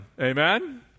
Amen